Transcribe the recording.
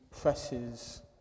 presses